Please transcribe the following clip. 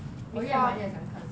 我越忙越想看 sia